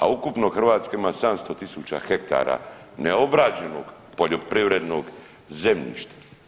A ukupno Hrvatska ima 700.000 hektara neobrađenog poljoprivrednog zemljišta.